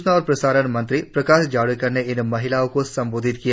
सूचना और प्रसारण मंत्री प्रकाश जावड़ेकर ने इन महिलाओं को संबोधित किया